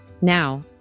Now